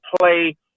play